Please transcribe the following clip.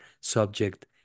subject